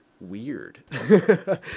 weird